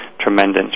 tremendous